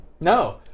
No